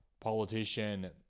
politician